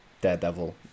Daredevil